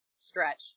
stretch